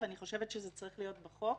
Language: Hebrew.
ואני חושבת שזה צריך להיות בחוק.